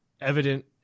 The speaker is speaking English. evident